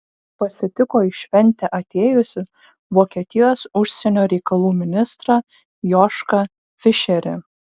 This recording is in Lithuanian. pasitiko į šventę atėjusį vokietijos užsienio reikalų ministrą jošką fišerį